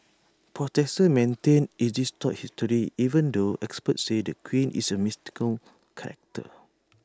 protesters maintain IT distorts history even though experts say the queen is A mythical character